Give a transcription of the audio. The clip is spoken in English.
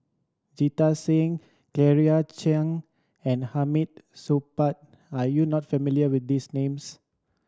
Jita Singh Claire Chiang and Hamid Supaat are you not familiar with these names